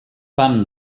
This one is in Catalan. pam